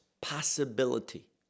possibility